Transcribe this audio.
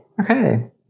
Okay